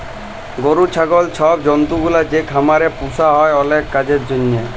গরু, ছাগল ছব জল্তুগুলা যে খামারে পুসা হ্যয় অলেক কাজের জ্যনহে